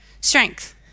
strength